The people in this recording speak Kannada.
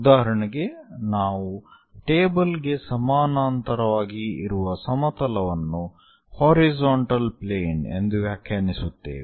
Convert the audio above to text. ಉದಾಹರಣೆಗೆ ನಾವು ಟೇಬಲ್ಗೆ ಸಮಾನಾಂತರವಾಗಿ ಇರುವ ಸಮತಲವನ್ನು ಹಾರಿಜಾಂಟಲ್ ಪ್ಲೇನ್ ಎಂದು ವ್ಯಾಖ್ಯಾನಿಸುತ್ತೇವೆ